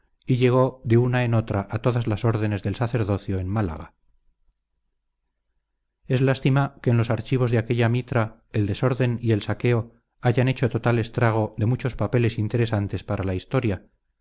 y llegó de una en otra a todas las órdenes del sacerdocio en málaga es lástima que en los archivos de aquella mitra el desorden y el saqueo hayan hecho total estrago de muchos papeles interesantes para la historia